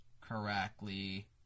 correctly